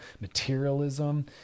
materialism